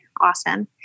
awesome